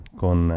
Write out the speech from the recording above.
con